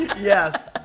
Yes